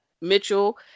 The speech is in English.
Mitchell